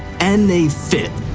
and they fit.